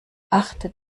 achtet